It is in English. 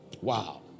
Wow